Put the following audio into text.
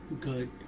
good